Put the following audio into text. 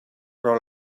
però